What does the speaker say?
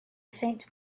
faint